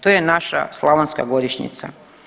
To je naša slavonska godišnjica.